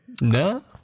No